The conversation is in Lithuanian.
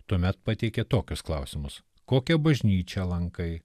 tuomet pateikė tokius klausimus kokią bažnyčią lankai